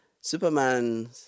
Superman